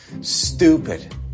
stupid